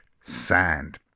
sand